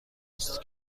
است